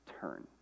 turn